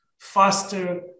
faster